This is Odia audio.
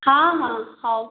ହଁ ହଁ ହେଉ